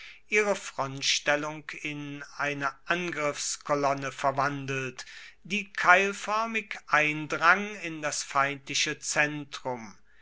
ihre frontstellung in eine angriffskolonne verwandelt die keilfoermig eindrang in das feindliche zentrum